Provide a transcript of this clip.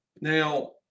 Now